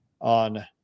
on